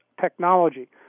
technology